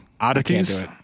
Oddities